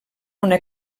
una